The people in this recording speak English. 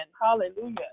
Hallelujah